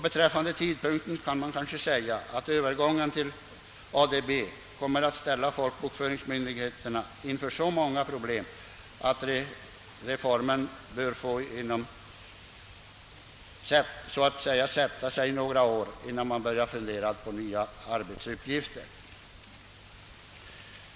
Beträffande tidpunkten kan sägas att övergången till ADB kommer att ställa folkbokföringsmyndigheterna inför så många problem att reformen bör få »sätta sig» några år innan man börjar fundera på nya arbetsuppgifter.